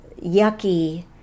yucky